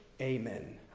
amen